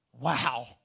Wow